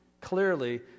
clearly